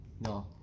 no